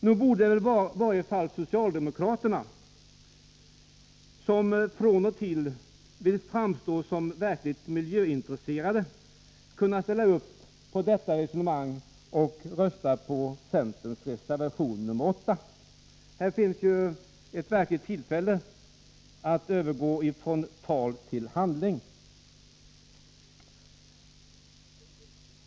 Nog borde väl i varje fall socialdemokraterna, som då och då vill framstå som verkligt miljöintresserade, kunna ställa upp på detta resonemang och rösta på centerns reservation nr 8. Här finns ett tillfälle att övergå från tal till handling.